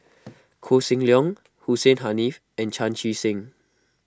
Koh Seng Leong Hussein Haniff and Chan Chee Seng